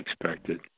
expected